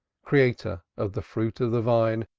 creator of the fruit of the vine,